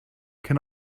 can